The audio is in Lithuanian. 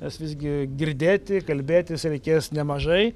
nes visgi girdėti kalbėtis reikės nemažai